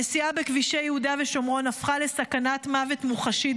הנסיעה בכבישי יהודה ושומרון הפכה לסכנת מוות מוחשית,